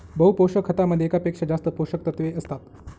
बहु पोषक खतामध्ये एकापेक्षा जास्त पोषकतत्वे असतात